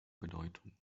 bedeutung